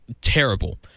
terrible